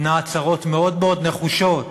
נתנה הצהרות מאוד מאוד נחושות